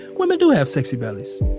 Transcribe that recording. women do have sexy bellies